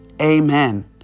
Amen